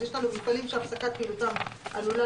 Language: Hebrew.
ויש לנו מפעלים שהפסקת פעילותם עלולה